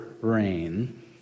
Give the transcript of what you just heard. rain